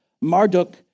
Marduk